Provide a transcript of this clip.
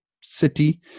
city